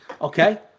Okay